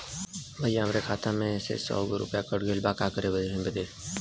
भईया हमरे खाता मे से सौ गो रूपया कट गइल बा काहे बदे?